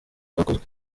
bwakozwe